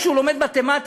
כשהוא לומד מתמטיקה,